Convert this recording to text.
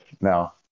no